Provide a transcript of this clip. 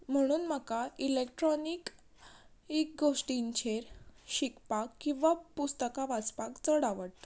म्हुणून म्हाका इलॅक्ट्रॉनीक ही गोश्टींचेर शिकपाक किंवां पुस्तकां वाचपाक चड आवडटा